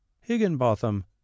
higginbotham